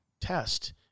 test